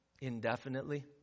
indefinitely